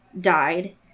died